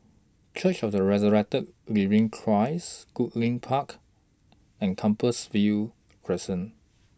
Church of The Resurrected Living Christ Goodlink Park and Compassvale Crescent